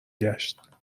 گشت